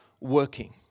working